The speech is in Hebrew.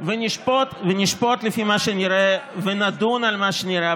ונשפוט לפי מה שנראה ונדון על מה שנראה.